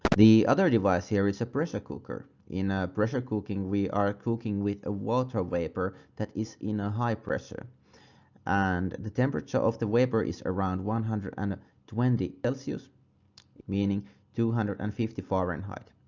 the other device here is a pressure cooker. in a pressure cooking we are cooking with a water vapour that is in a high pressure and the temperature of the vapor is around one hundred and twenty celsius meaning two hundred and fifty four farenheit.